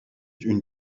une